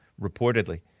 reportedly